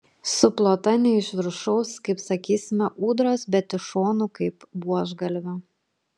suplota ne iš viršaus kaip sakysime ūdros bet iš šonų kaip buožgalvio